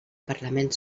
parlament